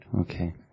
Okay